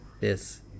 Yes